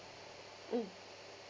mm